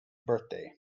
birthday